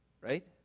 right